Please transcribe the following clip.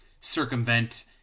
circumvent